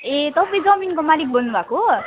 ए तपाईँ जमीनको मालिक बोल्नु भाएको हो